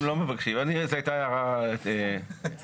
הם לא מבקשים, זאת הייתה הערת אגב.